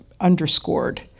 underscored